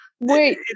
wait